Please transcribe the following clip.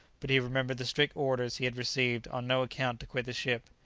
but he remembered the strict orders he had received on no account to quit the ship.